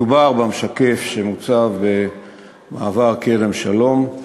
מדובר במשקף שהוצב במעבר כרם-שלום.